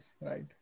right